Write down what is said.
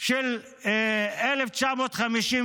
של 1956,